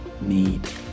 need